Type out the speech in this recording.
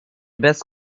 best